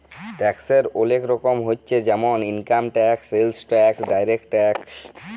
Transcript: ট্যাক্সের ওলেক রকমের হচ্যে জেমল income tax, sales tax, direct tax